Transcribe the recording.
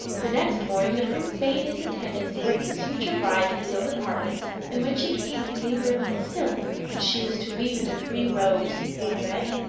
the next morning the prince bade his attendants bring his future bride to his own apartments, and when she came he gave her silk which she was to weave into three robes one red,